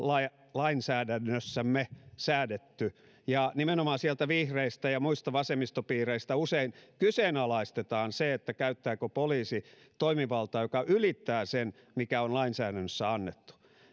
lainsäädännössämme säädetty ja nimenomaan sieltä vihreistä ja muista vasemmistopiireistä usein kyseenalaistetaan se käyttääkö poliisi toimivaltaa joka ylittää sen mikä on lainsäädännössä annettu